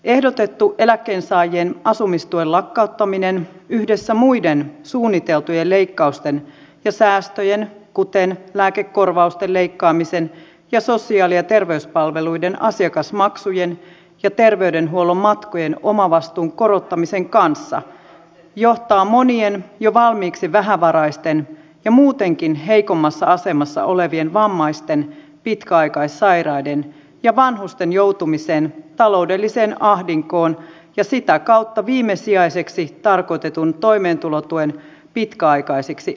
ehdotettu eläkkeensaajien asumistuen lakkauttaminen yhdessä muiden suunniteltujen leikkausten ja säästöjen kuten lääkekorvausten leikkaamisen ja sosiaali ja terveyspalveluiden asiakasmaksujen ja terveydenhuollon matkojen omavastuun korottamisen kanssa johtaa monien jo valmiiksi vähävaraisten ja muutenkin heikommassa asemassa olevien vammaisten pitkäaikaissairaiden ja vanhusten joutumiseen taloudelliseen ahdinkoon ja sitä kautta viimesijaiseksi tarkoitetun toimeentulotuen pitkäaikaisiksi asiakkaiksi